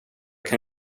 kan